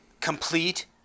complete